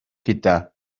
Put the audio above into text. gyda